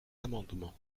amendement